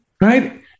Right